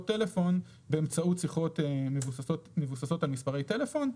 טלפון באמצעות שיחות מבוססות על מספרי טלפון.